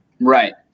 Right